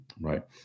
right